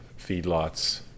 feedlots